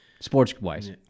Sports-wise